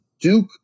Duke